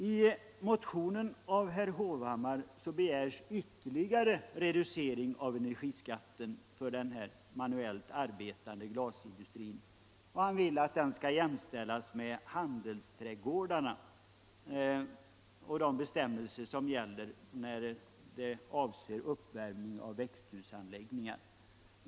I motionen av herr Hovhammar begärs ytterligare reducering av energiskatten för den manuellt arbetande galsindustrin, så att denna jämställs med handelsträdgårdarna och de bestämmelser som gäller för uppvärmningen av växthusanläggningar.